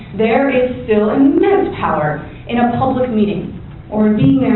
there is still immense power in a public meeting or being